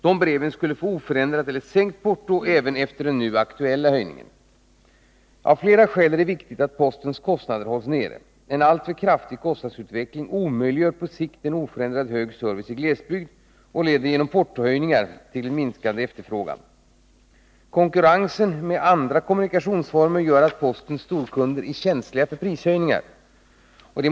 Dessa brev skulle få oförändrat eller sänkt porto även efter den nu aktuella höjningen. Av flera skäl är det viktigt att postens kostnader hålls nere. En alltför kraftig kostnadsutveckling omöjliggör på sikt en oförändrat hög service i glesbygd och leder genom portohöjningar till minskad efterfrågan. Konkurrensen med andra kommunikationsformer gör att postens storkunder är känsliga för prishöjningar.